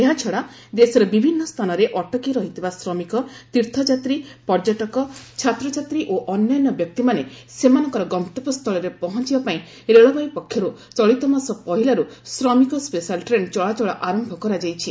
ଏହାଛଡା ଦେଶର ବିଭିନ୍ନ ସ୍ଥାନରେ ଅଟକି ରହିଥିବା ଶମିକ ତୀର୍ଥଯାତୀ ପର୍ଯ୍ୟଟକ ଛାତ୍ ଛାତୀ ଓ ଅନ୍ୟାନ୍ୟ ବ୍ୟକ୍ତିମାନଙ୍କ ସେମାନଙ୍କର ଗନ୍ତବ୍ୟସ୍ଥଳରେ ପହଞ୍ଚବା ପାଇଁ ରେଳବାଇ ପକ୍ଷରୁ ଚଳିତମାସ ପହିଲାରୁ ଶ୍ରମିକ ସ୍କେଶାଲ ଟ୍ରେନ୍ ଚଳାଚଳ ଆରମ୍ଭ କରାଯାଇଛି